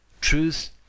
Truth